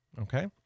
Okay